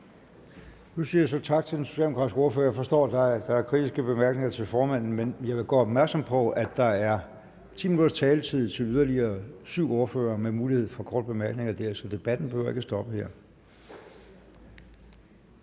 Nu siger jeg så tak til den socialdemokratiske ordfører. Jeg forstår, at der er kritiske bemærkninger til formanden, men jeg vil gøre opmærksom på, at der er 10 minutters taletid til yderligere 7 ordførere med mulighed for korte bemærkninger, så debatten behøver ikke stoppe her.